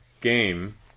game